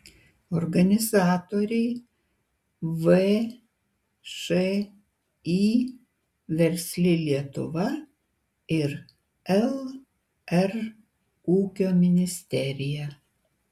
organizatoriai všį versli lietuva ir lr ūkio ministerija